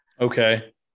Okay